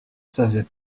savait